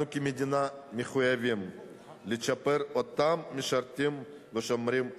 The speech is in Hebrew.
אנחנו כמדינה מחויבים לצ'פר את אותם משרתים השומרים עלינו.